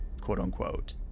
quote-unquote